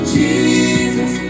Jesus